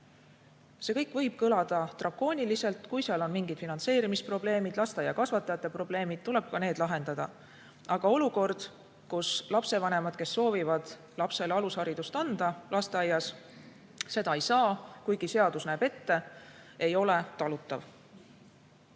See kõik võib kõlada drakooniliselt. Kui seal on mingid finantseerimisprobleemid, lasteaiakasvatajate probleemid, siis tuleb ka need lahendada. Aga olukord, kus lapsevanemad, kes soovivad lapsele alusharidust anda lasteaias, seda ei saa, kuigi seadus näeb ette, ei ole talutav.